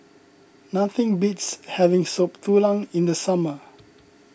nothing beats having Soup Tulang in the summer